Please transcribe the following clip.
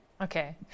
Okay